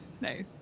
nice